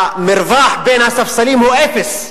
המרווח בין הספסלים הוא אפס,